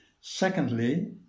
Secondly